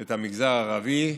את המגזר הערבי,